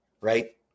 right